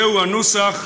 זהו הנוסח: